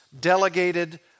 delegated